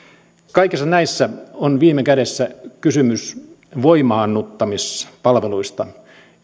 kaikissa näissä on viime kädessä kysymys voimaannuttamispalveluista